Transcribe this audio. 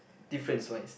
difference wise